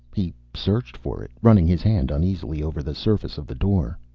he searched for it, running his hand uneasily over the surface of the door.